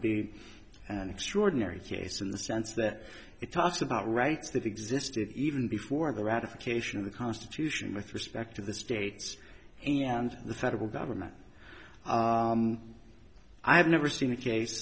be an extraordinary case in the sense that it talks about rights that existed even before the ratification of the constitution with respect to the states and the federal government i have never seen a case